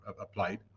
applied